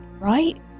Right